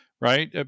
right